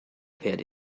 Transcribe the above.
werde